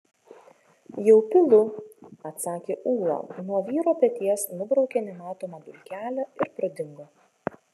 jau pilu atsakė ūla nuo vyro peties nubraukė nematomą dulkelę ir pradingo